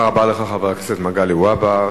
תודה רבה לך, חבר הכנסת מגלי והבה.